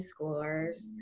schoolers